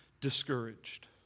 discouraged